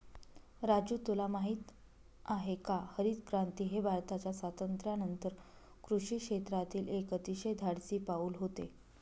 राजू तुला माहित आहे का हरितक्रांती हे भारताच्या स्वातंत्र्यानंतर कृषी क्षेत्रातील एक अतिशय धाडसी पाऊल होते